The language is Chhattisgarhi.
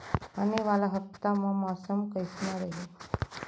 आने वाला हफ्ता मा मौसम कइसना रही?